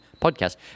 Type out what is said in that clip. podcast